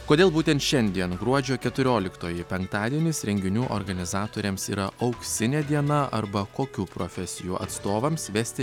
kodėl būtent šiandien gruodžio keturioliktoji penktadienis renginių organizatoriams yra auksinė diena arba kokių profesijų atstovams vesti